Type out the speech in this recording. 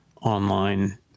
online